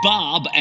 Bob